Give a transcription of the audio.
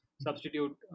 substitute